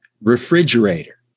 refrigerator